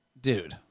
Dude